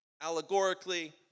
allegorically